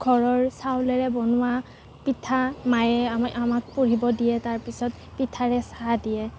ঘৰৰ চাউলেৰে বনোৱা পিঠা মায়ে আমাক আমাক পঢ়িব দিয়ে তাৰপাছত পিঠাৰে চাহ দিয়ে